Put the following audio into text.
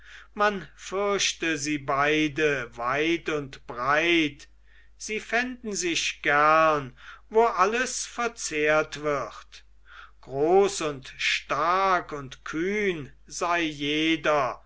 man fürchte sie beide weit und breit sie fänden sich gern wo alles verzehrt wird groß und stark und kühn sei jeder